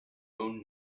own